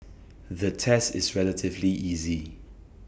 the test is relatively easy